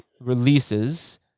releases